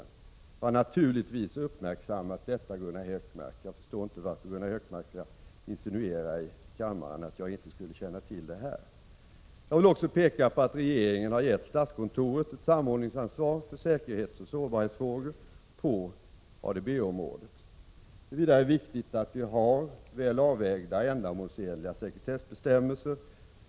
— Jag har naturligtvis uppmärksammat detta, Gunnar Hökmark. Jag förstår inte varför Gunnar Hökmark insinuerar här i kammaren att jag inte skulle känna till vad sårbarhetsberedningen uttalat. Jag vill också peka på att regeringen har gett statskontoret ett samordningsansvar när det gäller säkerhetsoch sårbarhetsfrågor på ADB-området. Det är vidare viktigt att vi har väl avvägda och ändamålsenliga sekretessbestämmelser.